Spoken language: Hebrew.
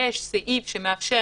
יש סעיף שמאפשר